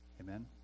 Amen